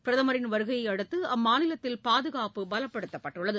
பிரதமரின் வருகையை அடுத்து அம்மாநிலத்தில் பாதுகாப்பு பலப்படுத்தப்பட்டுள்ளது